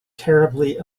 terribly